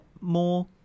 more